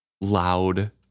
loud